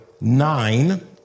nine